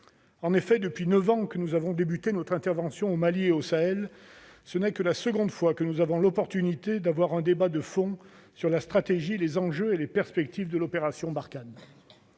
En effet, depuis neuf ans que nous avons débuté notre intervention au Mali et au Sahel, ce n'est que la seconde fois que nous avons l'occasion d'avoir un débat de fond sur la stratégie, les enjeux et les perspectives de l'opération Barkhane.